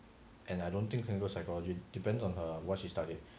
and I don't think clinical psychology depends on her what she studied